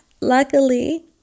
Luckily